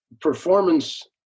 Performance